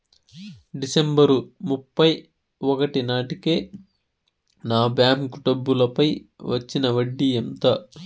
December ముప్పై ఒకటి నాటేకి నా బ్యాంకు డబ్బుల పై వచ్చిన వడ్డీ ఎంత?